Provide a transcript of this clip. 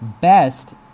best